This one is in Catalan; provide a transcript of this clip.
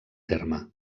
terme